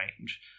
range